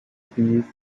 piece